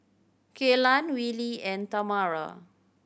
Kaylan Willie and Tamara